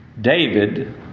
David